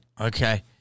Okay